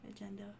agenda